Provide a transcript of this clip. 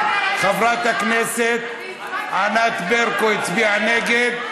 חברת הכנסת ענת ברקו הצביעה נגד.